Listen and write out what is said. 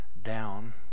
down